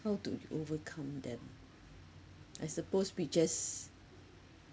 how do you overcome them I suppose we just